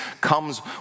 comes